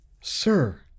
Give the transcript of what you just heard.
Sir